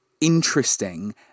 interesting